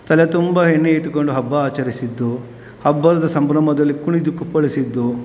ತಲೆ ತುಂಬ ಎಣ್ಣೆಯಿಟ್ಟ್ಕೊಂಡು ಹಬ್ಬ ಆಚರಿಸಿದ್ದು ಹಬ್ಬದ ಸಂಭ್ರಮದಲ್ಲಿ ಕುಣಿದು ಕುಪ್ಪಳಿಸಿದ್ದು